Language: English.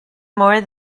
more